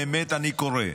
באמת אני קורא,